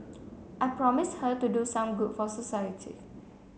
I promised her to do some good for society